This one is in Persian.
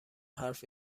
حرف